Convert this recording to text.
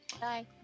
bye